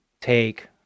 take